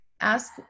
ask